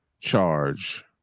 charge